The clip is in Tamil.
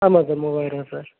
ஆமாம் சார் மூவாயிரம் ரூபா சார்